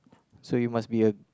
so you must be a